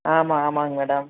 ஆமாம் ஆமாங்க மேடம்